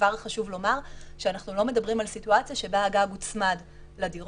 כבר חשוב לומר שאנחנו לא מדברים על סיטואציה שבה הגג הוצמד לדירות,